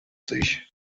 sich